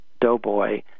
doughboy